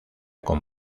con